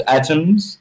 atoms